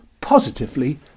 positively